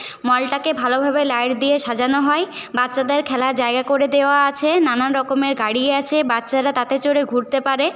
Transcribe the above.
মলটাকে ভালোভাবে লাইট দিয়ে সাজানো হয় বাচ্চাদের খেলার জায়গা করে দেওয়া আছে নানান রকমের গাড়ি আছে বাচ্চারা তাতে চড়ে ঘুরতে পারে